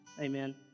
Amen